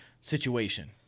situation